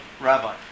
rabbi